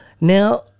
Now